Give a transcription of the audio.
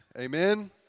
Amen